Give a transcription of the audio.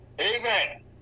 Amen